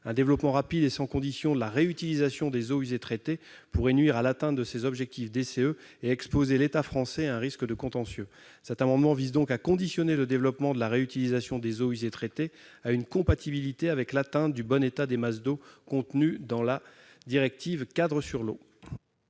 Un développement rapide et sans condition de la réutilisation des eaux usées traitées pourrait nuire à l'atteinte des objectifs fixés dans la DCE et exposer l'État français à un risque de contentieux. Dans ce contexte, cet amendement vise à conditionner le développement de la réutilisation des eaux usées traitées à une compatibilité avec l'atteinte du « bon état » des masses d'eau qui figure dans la directive-cadre sur l'eau.